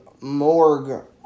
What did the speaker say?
morgue